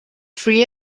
free